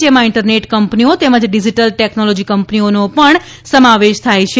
જેમાં ઇન્ટરનેટ કંપનીઓ તેમજ ડીજીટલ ટેકનોલોજી કંપનીઓનો પણ સમાવેશ થાય છે